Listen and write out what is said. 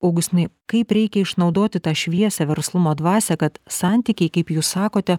augustinai kaip reikia išnaudoti tą šviesią verslumo dvasią kad santykiai kaip jūs sakote